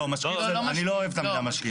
לא, אני לא אוהב את המילה משקיף.